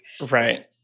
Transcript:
Right